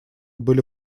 были